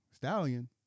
Stallion